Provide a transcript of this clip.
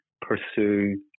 pursue